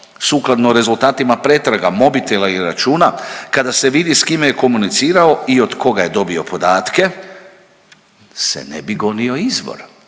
sukladno rezultatima pretraga mobitela i računa kada se vidi s kime je komunicirao i od koga je dobio podatke se ne bi gonio izvor?